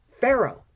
Pharaoh